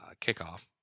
kickoff